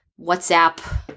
WhatsApp